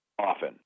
often